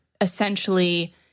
essentially